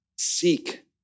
Seek